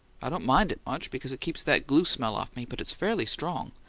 i don't mind it much, because it keeps that glue smell off me, but it's fairly strong.